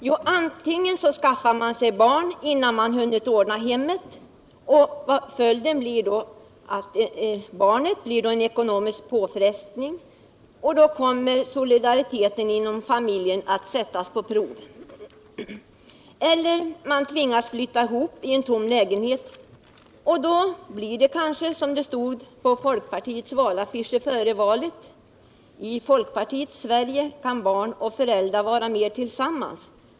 Jo, antingen skaffar man sig barn innan man hunnit ordna hemmet — följden blir att barnet blir en ekonomisk påfrestning och solidariteten inom familjen sätts på prov — eller också tvingas man flytta ihop i en tom lägenhet. Det skulle bara fattas att det blir som det stod på folkpartiets valaffischer före valet: I folkpartiets Sverige kan barn och föräldrar vara mer tillsammans.